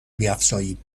بیفزاییم